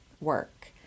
work